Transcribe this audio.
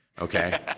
Okay